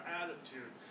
attitude